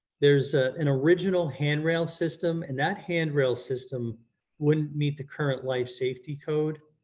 there's ah an original handrail system and that handrail system wouldn't meet the current life safety code.